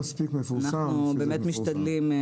אנחנו באמת משתדלים.